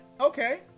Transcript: Okay